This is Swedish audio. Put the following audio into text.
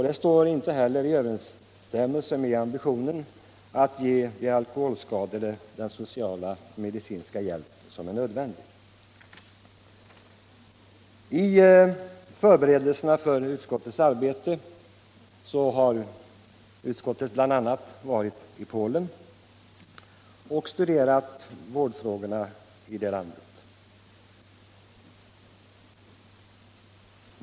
Den står inte heller i överensstämmelse med ambitionen att ge de alkoholskadade den sociala och medicinska hjälp som är nödvändig. Som ett led i förberedelserna för sitt arbete har utskottet bl.a. besökt Polen och studerat vårdfrågorna där.